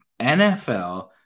NFL